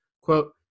quote